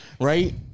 right